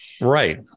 right